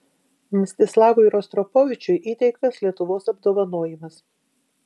mstislavui rostropovičiui įteiktas lietuvos apdovanojimas